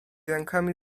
rękami